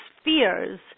spheres